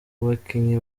bakinnyi